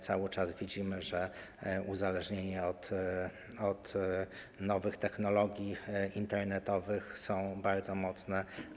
Cały czas widzimy, że uzależnienia od nowych technologii internetowych są bardzo mocne.